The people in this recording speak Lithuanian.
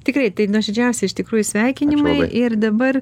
tikrai tai nuoširdžiausi iš tikrųjų sveikinimai ir dabar